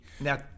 Now